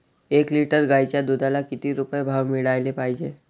एक लिटर गाईच्या दुधाला किती रुपये भाव मिळायले पाहिजे?